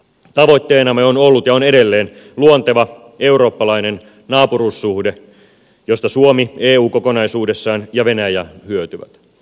tavoitteenamme on ollut ja on edelleen luonteva eurooppalainen naapuruussuhde josta suomi eu kokonaisuudessaan ja venäjä hyötyvät